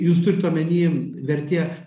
jūs turit omeny vertė